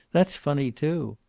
that's funny, too.